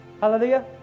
Hallelujah